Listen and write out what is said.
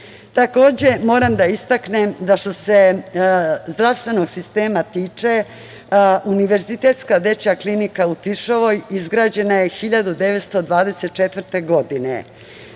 decu. Takođe, moram da istaknem, što se zdravstvenog sistema time, Univerzitetska dečja klinika u Tiršovoj izgrađena je 1924. godine.